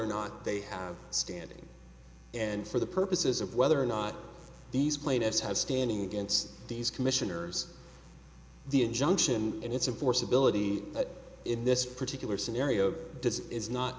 or not they have standing and for the purposes of whether or not these plaintiffs have standing against these commissioners the injunction and it's a force ability in this particular scenario does is not